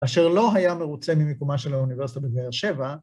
‫אשר לא היה מרוצה ממיקומה ‫של האוניברסיטה בבאר שבע.